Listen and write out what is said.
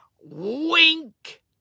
Wink